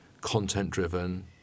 content-driven